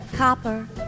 Copper